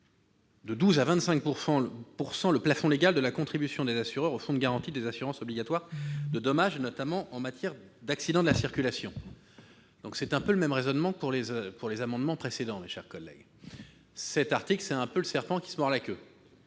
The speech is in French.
de 12 % à 25 % le plafond légal de la contribution des assureurs au Fonds de garantie des assurances obligatoires de dommages, le FGAO, notamment en matière d'accidents de la circulation. Cela procède un peu du même raisonnement que pour les amendements précédents, mes chers collègues. Cet article, c'est un peu le serpent qui se mord la queue.